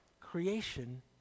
creation